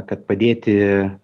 kad padėti